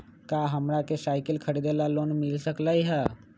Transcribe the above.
का हमरा के साईकिल खरीदे ला लोन मिल सकलई ह?